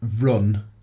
run